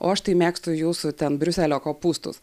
o aš tai mėgstu jūsų ten briuselio kopūstus